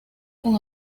con